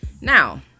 Now